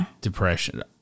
depression